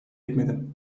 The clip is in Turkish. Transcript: etmedim